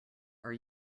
are